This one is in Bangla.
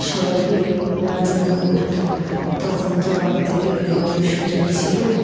সবাই মিলে নাচ গান করতাম তখন তো বাড়ির থেকে বেরোনোর সুযোগ ছিল না